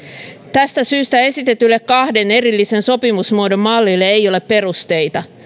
tästä syystä esitetylle kahden erillisen sopimusmuodon mallille ei ole perusteita